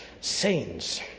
saints